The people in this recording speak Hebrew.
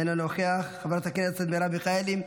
אינו נוכח, חברת הכנסת מרב מיכאלי,